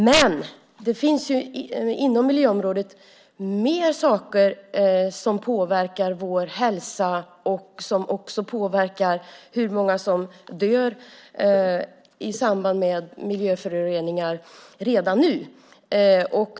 Men det finns ju fler saker som påverkar vår hälsa och som också påverkar hur många som dör i samband med miljöföroreningar redan nu.